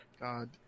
God